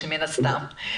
מן הסתם,